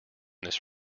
this